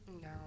No